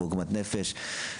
בעוגמת נפש,